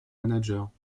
managers